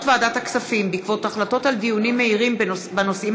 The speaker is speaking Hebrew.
ועדת הכספים בעקבות דיון מהיר בהצעתם